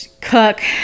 cook